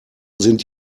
sind